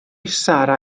sarra